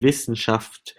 wissenschaft